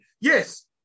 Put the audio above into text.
yes